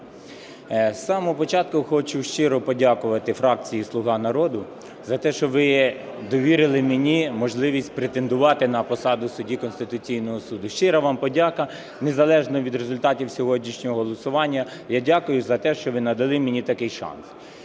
З самого початку хочу щиро подякувати фракції "Слуга народу" за те, що ви довірили мені можливість претендувати на посаду судді Конституційного Суду. Щира вам подяка. Незалежно від результатів сьогоднішнього голосування, я дякую за те, що ви надали мені такий шанс.